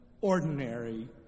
ordinary